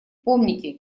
помните